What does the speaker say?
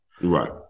Right